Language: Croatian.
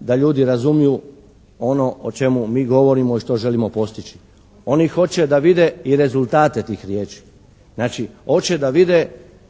da ljudi razumiju ono o čemu mi govorimo i što želimo postići. Oni hoće da vide i rezultate tih riječi. Znači, hoće da vide